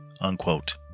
Unquote